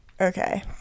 Okay